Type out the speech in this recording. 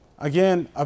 Again